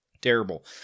Terrible